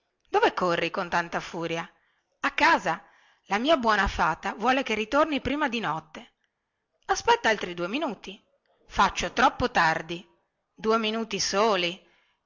dove corri con tanta furia a casa la mia buona fata vuole che ritorni prima di notte aspetta altri due minuti faccio troppo tardi due minuti soli